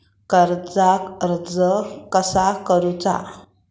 कर्जाक अर्ज कसा करुचा?